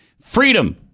Freedom